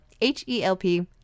H-E-L-P